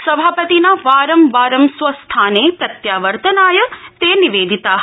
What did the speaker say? सभापतिना वारं वारं स्व स्थाने प्रत्यावर्तनाय ते निवेपिता